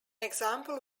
example